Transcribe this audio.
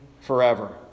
forever